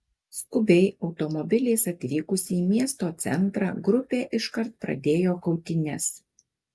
skubiai automobiliais atvykusi į miesto centrą grupė iškart pradėjo kautynes